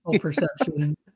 perception